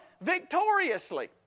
victoriously